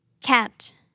Cat